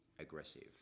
aggressive